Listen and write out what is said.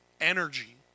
energy